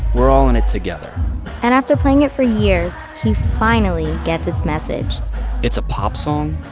we're all in it together and after playing it for years, he finally gets its message it's a pop song.